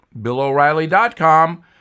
BillOReilly.com